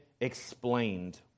explained